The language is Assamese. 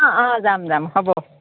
অঁ অঁ যাম যাম হ'ব